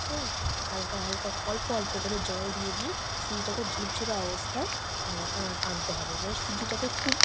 হ্যাঁ হালকা হালকা অল্প অল্প করে জল দিয়ে দিয়ে সুজিটাকে ঝুরঝড়ে অবস্থায় মানে আনা আনতে হবে মানে সুজি টাকে খুব